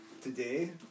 today